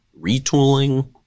retooling